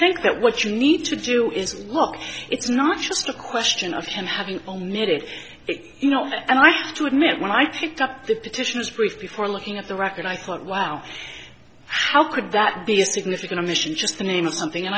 think that what you need to do is look it's not just a question of him having omitted it you know that and i have to admit when i picked up the petitions brief before looking at the record i thought wow how could that be a significant mission just the name of something and